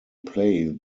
play